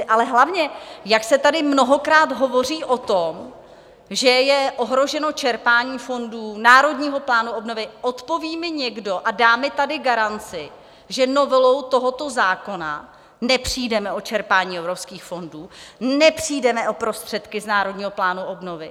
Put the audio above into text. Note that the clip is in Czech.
Ale hlavně, jak se tady mnohokrát hovoří o tom, že je ohroženo čerpání fondů, Národního plánu obnovy, odpoví mi někdo a dá mi tady garanci, že novelou tohoto zákona nepřijdeme o čerpání evropských fondů, nepřijdeme o prostředky z Národního plánu obnovy?